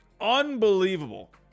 Unbelievable